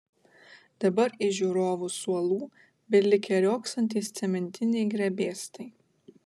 dabar iš žiūrovų suolų belikę riogsantys cementiniai grebėstai